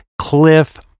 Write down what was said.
Cliff